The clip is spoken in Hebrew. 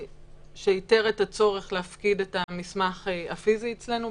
שייתרו את הצורך להפקיד את המסמך הפיזי אצלנו.